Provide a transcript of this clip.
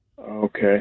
Okay